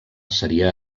seria